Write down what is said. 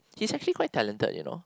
he's actually quite talented you know